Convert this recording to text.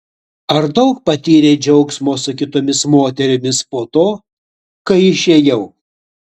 ar daug patyrei džiaugsmo su kitomis moterimis po to kai išėjau